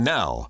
now